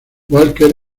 walker